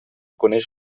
coneix